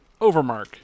overmark